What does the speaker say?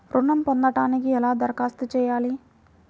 ఋణం పొందటానికి ఎలా దరఖాస్తు చేయాలి?